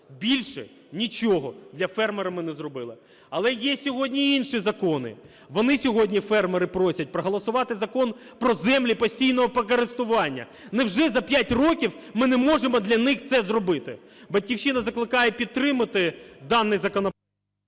більше нічого для фермера ми не зробили. Але є сьогодні інші закони. Вони сьогодні, фермери, просять проголосувати закон про землі постійного користування. Невже за 5 років ми не можемо для них це зробити? "Батьківщина" закликає підтримати даний… ГОЛОВУЮЧИЙ.